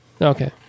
Okay